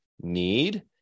need